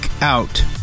out